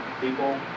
people